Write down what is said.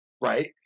right